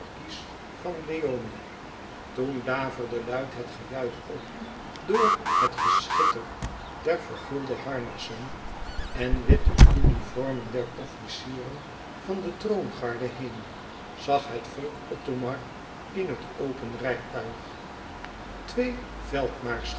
van leoni toen daverde luid het gejuich op door het geschitter der vergulde harnassen en witte uniformen der officieren van de troongarde heen zag het volk othomar in het open rijtuig twee